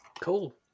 Cool